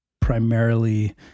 primarily